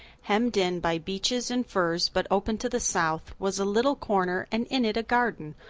hemmed in by beeches and firs but open to the south, was a little corner and in it a garden.